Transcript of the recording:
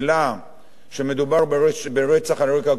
שמדובר ברצח על רקע כבוד המשפחה,